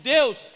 Deus